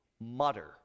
mutter